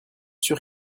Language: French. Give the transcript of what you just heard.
sûr